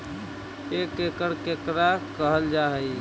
एक एकड़ केकरा कहल जा हइ?